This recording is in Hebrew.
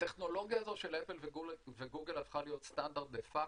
הטכנולוגיה הזאת של אפל וגוגל הפכה להיות סטנדרט דה פאקטו.